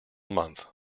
month